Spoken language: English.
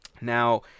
Now